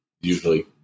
usually